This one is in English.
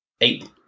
eight